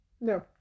No